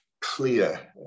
clear